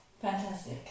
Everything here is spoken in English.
Fantastic